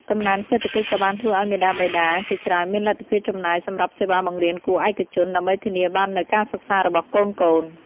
កំណើនសេដ្ឋកិច្ចក៏បានធ្វើឲ្យមាតាបិតាជាច្រើនមានលទ្ធភាពចំណាយសម្រាប់សេវាបង្រៀនគួរឯកជន ដើម្បីធានាបាននូវការសិក្សារបស់កូនៗ។